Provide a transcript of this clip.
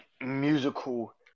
musical